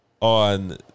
on